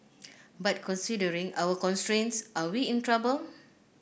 but considering our constraints are we in trouble